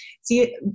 See